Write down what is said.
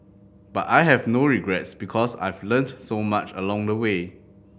but I have no regrets because I've learnt so much along the way